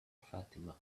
fatima